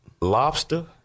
lobster